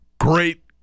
great